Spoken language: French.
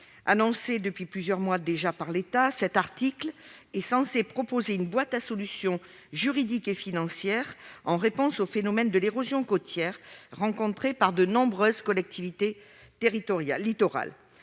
annoncées depuis plusieurs mois par l'État, sont censées proposer une « boîte à solutions » juridiques et financières pour traiter le phénomène de l'érosion côtière rencontré par de nombreuses collectivités littorales.